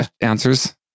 answers